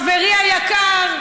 חברי היקר,